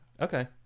Okay